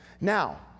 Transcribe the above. Now